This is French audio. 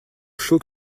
chaud